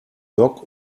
dock